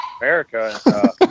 america